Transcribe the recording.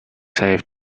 safe